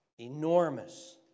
Enormous